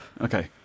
Okay